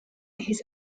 his